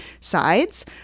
sides